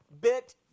bit